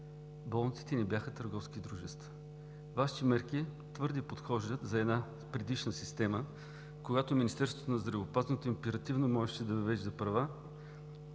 болниците не бяха търговски дружества. Вашите мерки твърде подхождат на една предишна система, когато Министерството на здравеопазването императивно можеше да въвежда права